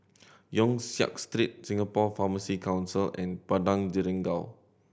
Yong Siak Street Singapore Pharmacy Council and Padang Jeringau